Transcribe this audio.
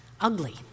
ugly